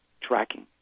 tracking